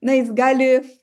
na jis gali